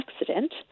accident